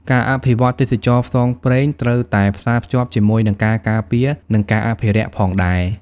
ការអភិវឌ្ឍទេសចរណ៍ផ្សងព្រេងត្រូវតែផ្សារភ្ជាប់ជាមួយនឹងការការពារនិងការអភិរក្សផងដែរ។